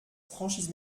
franchise